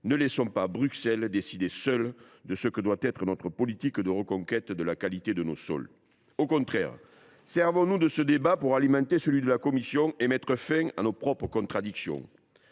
ne laissons pas Bruxelles décider seule de ce que doit être notre politique de reconquête de la qualité de nos sols. Au contraire, servons nous de ce débat pour alimenter celui de la Commission et mettre fin à nos propres contradictions !